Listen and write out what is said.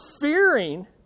fearing